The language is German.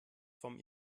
vom